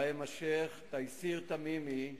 ובהם השיח' תייסיר תמימי,